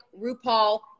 RuPaul